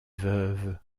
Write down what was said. veuve